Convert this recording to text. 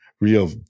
real